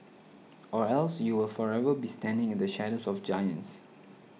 or else you will forever be standing in the shadows of giants